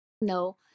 No